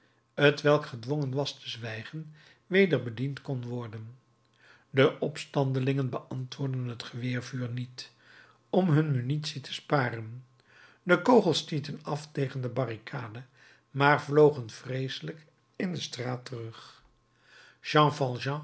t welk gedwongen was te zwijgen weder bediend kon worden de opstandelingen beantwoordden het geweervuur niet om hun munitie te sparen de kogels stieten af tegen de barricade maar vlogen vreeselijk in de straat terug jean